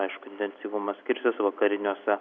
aišku intensyvumas skirsis vakariniuose